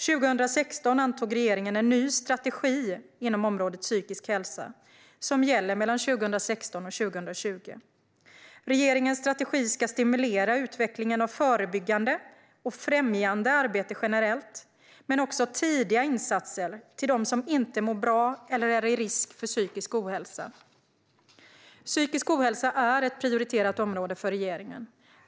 År 2016 antog regeringen en ny strategi inom området psykisk hälsa, som gäller 2016-2020. Regeringens strategi ska stimulera utvecklingen av förebyggande och främjande arbete generellt men också tidiga insatser till dem som inte mår bra eller är i riskzonen för psykisk ohälsa. Psykisk ohälsa är ett prioriterat område för regeringen.